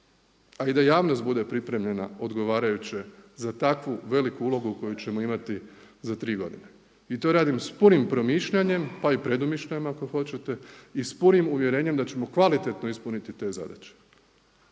A i da javnost bude pripremljena odgovarajuće za takvu veliku ulogu koju ćemo imati za 3 godine. I to radim sa punim premišljanjem, pa i predumišljajima, ako hoćete, i sa punim uvjerenjem da ćemo kvalitetno ispuniti te zadaće.